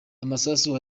amasasu